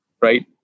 Right